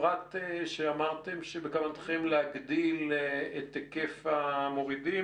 בפרט כשהסברת שבכוונתכם להגדיל את היקף המורידים,